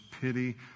pity